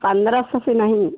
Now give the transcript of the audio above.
पंद्रह सौ से नहीं